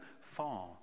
far